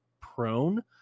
prone